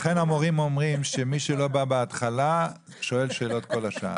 לכן המורים אומרים שמי שלא בא בהתחלה שואל שאלות כל השעה.